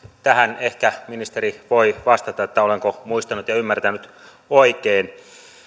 tähän ehkä ministeri voi vastata olenko muistanut ja ymmärtänyt oikein